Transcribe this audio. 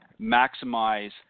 maximize